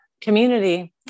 community